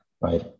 Right